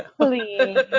Please